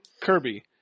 Kirby